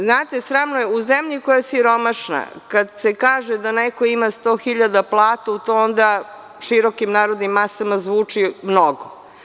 Znate, sramno je u zemlji koja je siromašna, kada se kaže - da neko ima 100.000 platu, to onda širokim narodnim masama zvuči mnogo.